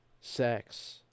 Sex